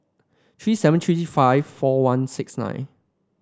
three seven three five four one six nine